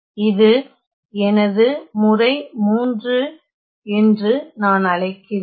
இது எனது முறை 3 என்று நான் அழைக்கிறேன்